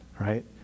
right